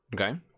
Okay